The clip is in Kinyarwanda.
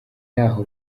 yaho